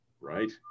Right